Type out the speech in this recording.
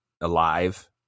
alive